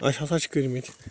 اَسہِ ہَسا چھِ کٔرۍ مٕتۍ